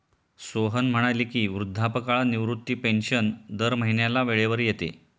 सोहन म्हणाले की, वृद्धापकाळ निवृत्ती पेन्शन दर महिन्याला वेळेवर येते